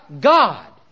God